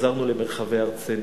חזרנו למרחבי ארצנו.